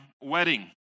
wedding